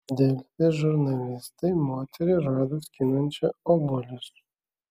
delfi žurnalistai moterį rado skinančią obuolius